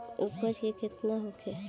उपज केतना होखे?